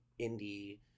indie